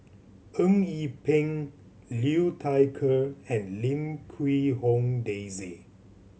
Eng Yee Peng Liu Thai Ker and Lim Quee Hong Daisy